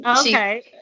Okay